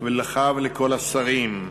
לך ולכל השרים.